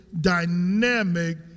dynamic